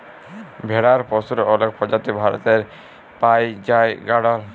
ভেড়ার পশুর অলেক প্রজাতি ভারতে পাই জাই গাড়ল